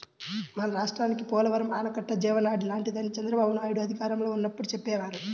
మన రాష్ట్రానికి పోలవరం ఆనకట్ట జీవనాడి లాంటిదని చంద్రబాబునాయుడు అధికారంలో ఉన్నప్పుడు చెప్పేవారు